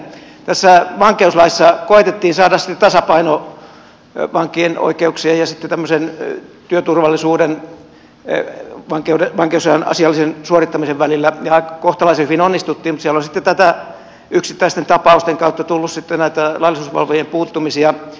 tässä vankeuslaissa koetettiin saada tasapaino vankien oikeuksien esitetään usein pelkkä turvallisuuden että tämmöisen työturvallisuuden ja vankeusajan asiallisen suorittamisen välillä ja kohtalaisen hyvin onnistuttiin mutta siellä on yksittäisten tapausten kautta tullut näitä laillisuusvalvojien puuttumisia